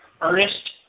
Ernest